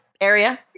area